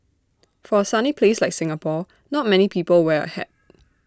for A sunny place like Singapore not many people wear A hat